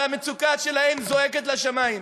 והמצוקה שלהם זועקת לשמים.